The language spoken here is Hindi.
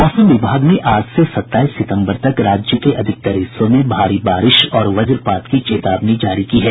मौसम विभाग ने आज से सत्ताईस सितम्बर तक राज्य के अधिकांश हिस्सों में भारी बारिश और वज्रपात की चेतावनी जारी की है